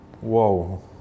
Whoa